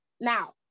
Now